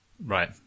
Right